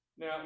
Now